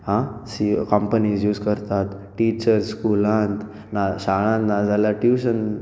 आ सी companies use करतात teachers स्कुलांत शाळान नाजाल्या ट्युशन